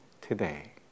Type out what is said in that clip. today